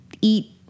eat